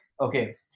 Okay